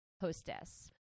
hostess